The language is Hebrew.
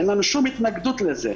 אין לנו שום התנגדות לזה.